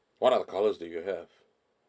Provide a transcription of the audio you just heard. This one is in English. what are the colours do you have